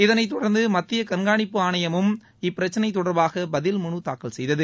இதனை தொடர்ந்து மத்திய கண்காணிப்பு ஆணையமும் இப்பிரச்சினை தொடர்பாக பதில் மனு தாக்கல் செய்தது